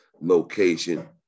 location